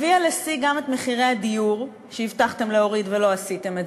הביאה לשיא גם את מחירי הדיור שהבטחתם להוריד ולא עשיתם,